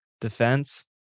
defense